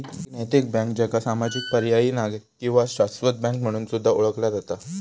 एक नैतिक बँक, ज्याका सामाजिक, पर्यायी, नागरी किंवा शाश्वत बँक म्हणून सुद्धा ओळखला जाता